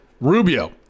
Rubio